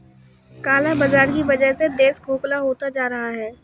काला बाजार की वजह से देश खोखला होता जा रहा है